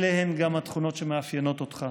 אלה הן גם התכונות שמאפיינות אותך,